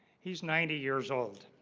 he's ninety years old